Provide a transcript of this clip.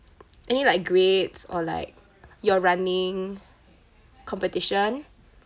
any like grades or like your running competition